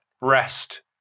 rest